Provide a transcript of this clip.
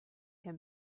can